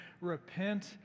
Repent